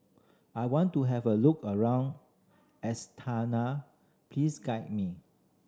I want to have a look around Astana please guide me